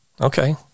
Okay